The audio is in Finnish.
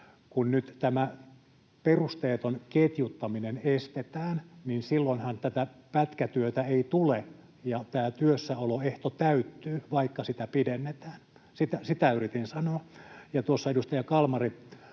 kun nyt tämä perusteeton ketjuttaminen estetään, niin silloinhan pätkätyötä ei tule ja tämä työssäoloehto täyttyy, vaikka sitä pidennetään. Sitä yritin sanoa. Tuossa edustaja Kalmari